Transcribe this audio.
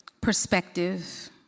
Perspective